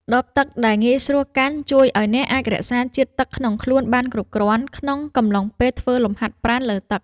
ដបទឹកដែលងាយស្រួលកាន់ ជួយឱ្យអ្នកអាចរក្សាជាតិទឹកក្នុងខ្លួនបានគ្រប់គ្រាន់ ក្នុងកំឡុងពេលធ្វើលំហាត់ប្រាណលើទឹក។